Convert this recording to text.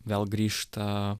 vėl grįžta